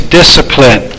discipline